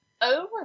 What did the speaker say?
Over